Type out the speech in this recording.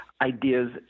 ideas